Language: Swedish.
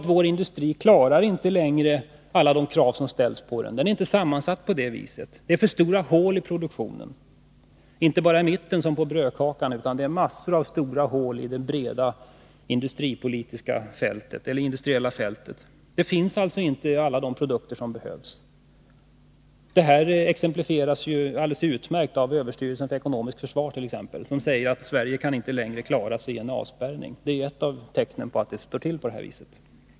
Vår industri klarar inte längre alla de krav som ställs på den. Den är inte sammansatt på det viset. Det är för stora hål i produktionen — inte bara i mitten, som på brödkakan, utan massor av stora hål i det breda industriella fältet. Det finns alltså inte alla de produkter som behövs. Detta exemplifieras utmärkt av överstyrelsen för ekonomiskt försvar, som säger att Sverige inte längre kan klara sig i en avspärrningssituation. Det är ett av tecknen på att det står till på det här viset.